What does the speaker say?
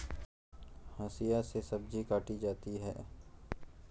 हंसिआ से सब्जी काटी जाती है